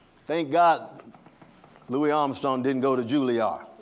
thank god louie armstrong didn't go to julliard.